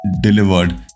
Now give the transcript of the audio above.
delivered